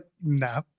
nah